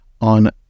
on